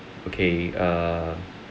okay err